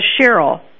Cheryl